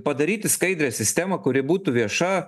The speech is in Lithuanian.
padaryti skaidrią sistemą kuri būtų vieša